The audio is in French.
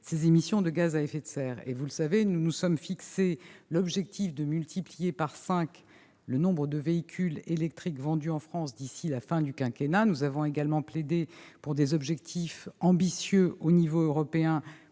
les émissions de gaz à effet de serre. Vous le savez, nous nous sommes fixé pour objectif de multiplier par cinq le nombre de véhicules électriques vendus en France d'ici à la fin du quinquennat. Nous avons également plaidé en faveur d'objectifs ambitieux à l'échelle européenne,